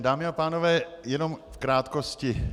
Dámy a pánové, jenom v krátkosti.